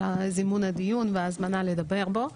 על זימון הדיון וההזמנה לדבר בו.